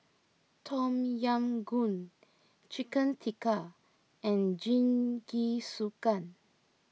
Tom Yam Goong Chicken Tikka and Jingisukan